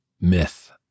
myth